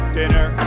dinner